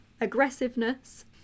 aggressiveness